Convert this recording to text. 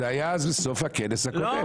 זה היה בסוף הכנס הקודם.